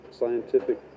scientific